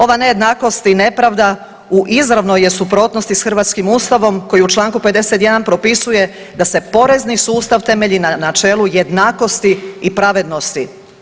Ova nejednakost i nepravda u izravnoj je suprotnosti sa hrvatskim Ustavom, koji u članku 51 propisuje da se porezni sustav temelji na čelu jednakosti i pravednosti.